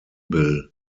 bill